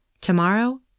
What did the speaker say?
Tomorrow